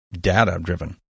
data-driven